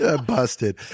Busted